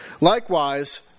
Likewise